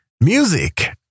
music